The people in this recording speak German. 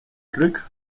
glück